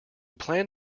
plan